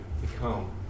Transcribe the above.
become